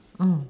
3